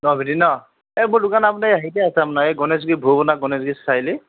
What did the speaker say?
ন' এই মোৰ দোকান আপোনাৰ হেৰিতে আছে আপোনাৰ এই গণেশগুৰি গণেশগুৰি চাৰিআলি